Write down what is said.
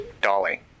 Dolly